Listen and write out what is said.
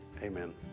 amen